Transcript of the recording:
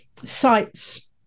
sites